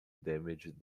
damaged